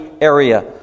area